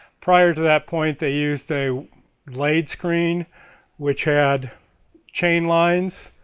prior to that point they used a lade screen which had chain lines,